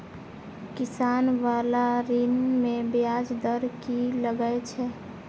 किसान बाला ऋण में ब्याज दर कि लागै छै?